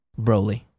broly